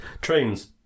Trains